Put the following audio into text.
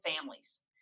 families